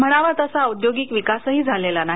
म्हणावा तसा औद्योगिक विकासही झालेला नाही